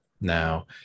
Now